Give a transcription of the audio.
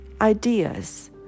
ideas